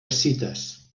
escites